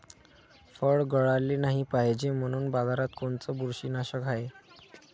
फळं गळाले नाही पायजे म्हनून बाजारात कोनचं बुरशीनाशक हाय?